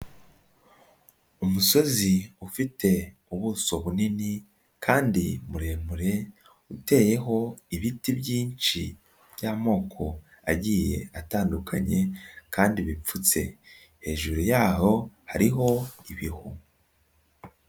Umusozi ufite ubuso bunini kandi muremure, uteyeho ibiti byinshi by'amoko agiye atandukanye kandi bipfutse. Hejuru yaho hariho ibihu.